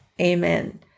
Amen